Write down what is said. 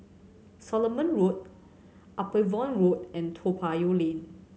Solomon Road Upavon Road and Toa Payoh Lane